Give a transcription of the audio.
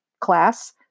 class